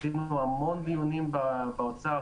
עשינו המון דיונים באוצר,